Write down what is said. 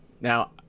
now